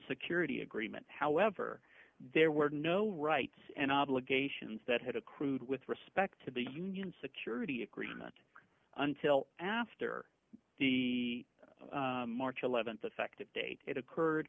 security agreement however there were no rights and obligations that had accrued with respect to the union security agreement until after the march th effective date it occurred